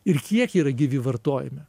ir kiek jie yra gyvi vartojime